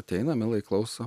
ateina mielai klauso